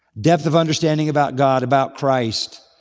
depth of understanding about god, about christ,